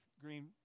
Green